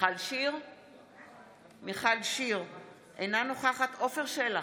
מיכל שיר סגמן, אינה נוכחת עפר שלח,